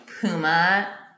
Puma